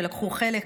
שלקחו חלק.